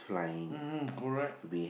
mmhmm correct